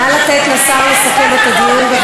נא לתת לשר לסכם את הדיון.